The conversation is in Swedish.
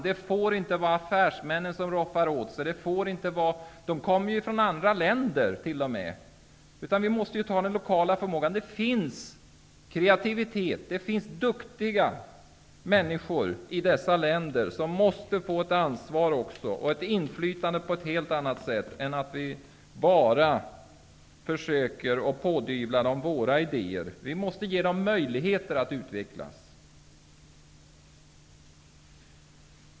Det får inte vara affärsmännen som roffar åt sig -- de kommer t.o.m. från andra länder -- utan vi måste använda lokala förmågor. Det finns kreativa och duktiga människor i dessa länder, och de måste också få ett ansvar och ett inflytande på ett helt annat sätt. Vi skall inte bara försöka pådyvla dem våra idéer. Vi måste ge dem möjligheter att utvecklas.